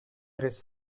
reste